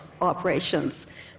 operations